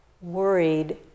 worried